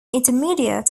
intermediate